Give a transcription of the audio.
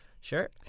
sure